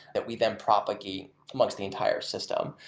that we then propagate amongst the entire system.